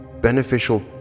beneficial